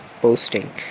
posting